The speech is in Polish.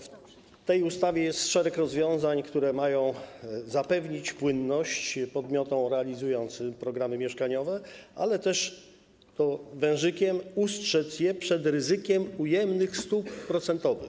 W tej ustawie jest szereg rozwiązań, które mają zapewnić płynność podmiotom realizującym programy mieszkaniowe, ale też ,tu wężykiem, ustrzec je przed ryzykiem ujemnych stóp procentowych.